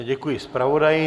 Děkuji zpravodaji.